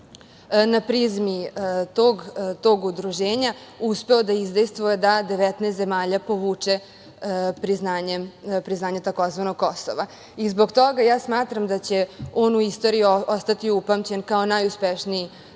na prizmi tog udruženja uspeo da izdejstvuje da 19 zemalja povuče priznanje tzv. Kosova. Zbog toga ja smatram da će on u istoriji ostati upamćen kao najuspešniji